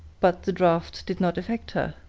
but the draught did not affect her.